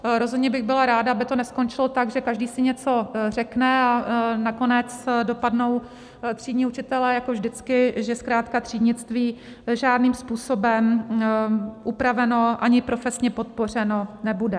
Rozhodně bych byla ráda, aby to neskončilo tak, že každý si něco řekne, a nakonec dopadnou třídní učitelé jako vždycky, že zkrátka třídnictví žádným způsobem upraveno ani profesně podpořeno nebude.